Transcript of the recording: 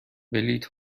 بلیط